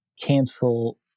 cancel